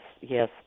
yes